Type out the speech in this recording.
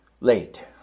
late